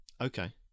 Okay